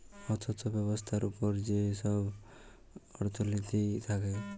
অথ্থ ব্যবস্থার উপর যে ছব অথ্থলিতি থ্যাকে